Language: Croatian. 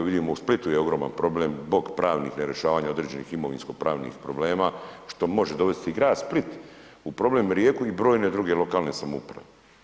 Vidimo u Splitu je ogroman problem zbog pravnih nerješavanja određenih imovinsko pravnih problema, što može dovesti i grad Split u problem, Rijeku i brojne druge lokalne samouprave.